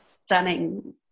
stunning